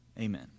Amen